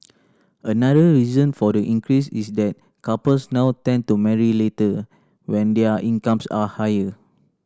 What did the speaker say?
another reason for the increase is that couples now tend to marry later when their incomes are higher